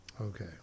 Okay